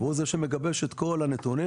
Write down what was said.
הוא זה שמגבש את כל הנתונים.